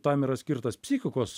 tam yra skirtas psichikos